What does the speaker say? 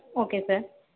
okay sir